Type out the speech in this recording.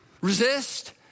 resist